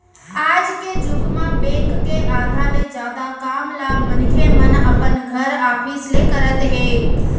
आज के जुग म बेंक के आधा ले जादा काम ल मनखे मन अपन घर, ऑफिस ले करत हे